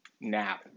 now